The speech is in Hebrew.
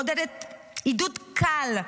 מעודדת עידוד "קל",